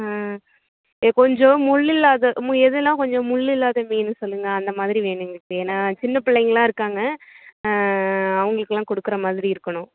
ம் ஆ கொஞ்சம் முள்ளில்லாத எதுல்லாம் கொஞ்சம் முள்ளில்லாத மீன் சொல்லுங்கள் அந்த மாதிரி வேணும்ங்க ஏன்னா சின்ன பிள்ளைங்கலாம் இருக்காங்க அவங்களுக்கெல்லாம் கொடுக்குற மாதிரி இருக்கணும்